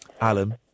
Alan